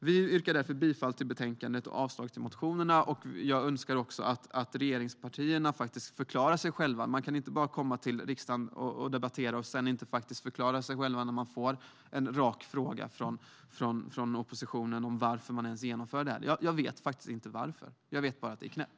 Jag yrkar därför bifall till förslaget i betänkandet och avslag på reservationen med anledning av motionen. Jag önskar också att regeringspartierna faktiskt förklarar detta. Man kan inte bara komma till riksdagen och debattera och inte förklara eller svara på en rak fråga från oppositionen om varför man ens genomför detta. Jag vet faktiskt inte varför man gör det. Jag vet bara att det är knäppt.